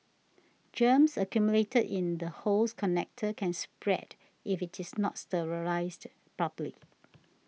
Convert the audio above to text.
germs accumulated in the hose connector can spread if it is not sterilised properly